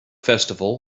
festival